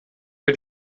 für